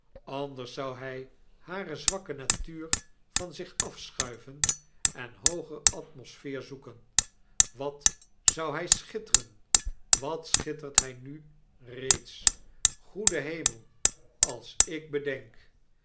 anders zou hij hare zwakke natuur van zich afschuiven en hooger atmosfeer zoeken wat zou hij schitteren wat schittert hij nu reeds goede hemel als ik bedenk